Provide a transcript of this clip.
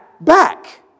back